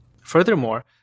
Furthermore